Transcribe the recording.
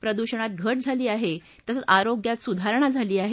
प्रदूषणात घट झाली आहे तसंच आरोग्यात सुधारणा झाली आहे